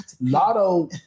Lotto